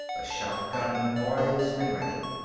the shotgun poised and ready.